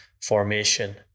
formation